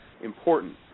important